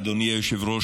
אדוני היושב-ראש,